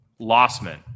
Lossman